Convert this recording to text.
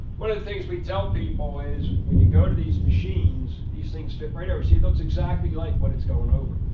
one of the things we tell people is, when you go to these machines, these things fit right over see, it looks exactly like what it's going over.